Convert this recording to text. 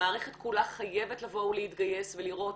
המערכת כולה חייבת להתגייס ולראות